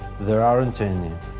there aren't any.